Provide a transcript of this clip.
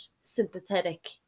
sympathetic